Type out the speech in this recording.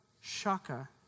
Shaka